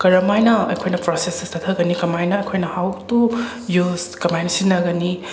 ꯀꯔꯝꯃꯥꯏꯅ ꯑꯩꯈꯣꯏꯅ ꯄ꯭ꯔꯣꯁꯦꯁꯁꯦ ꯆꯠꯊꯒꯅꯤ ꯀꯃꯥꯏꯅ ꯑꯩꯈꯣꯏꯅ ꯍꯥꯎ ꯇꯨ ꯌꯨꯖ ꯀꯃꯥꯏꯅ ꯁꯤꯖꯤꯟꯅꯒꯅꯤ